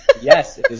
Yes